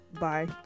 bye